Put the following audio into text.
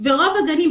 רוב הגנים,